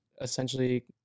essentially